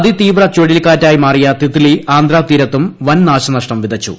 അതി തീവ്ര ചുഴലിക്കാറ്റായി മാറിയ തിത്ത്ലി ആന്ധ്ര തീരത്തും വൻനാശനഷ്ടം വിതച്ചു